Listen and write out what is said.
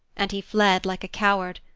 and he fled like a coward.